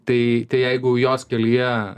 tai tai jeigu jos kelyje